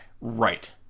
right